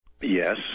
Yes